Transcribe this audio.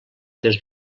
des